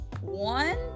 one